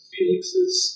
Felix's